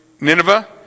Nineveh